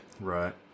Right